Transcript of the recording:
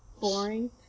Boring